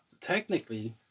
technically